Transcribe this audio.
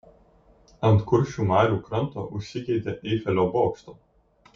ant kuršių marių kranto užsigeidė eifelio bokšto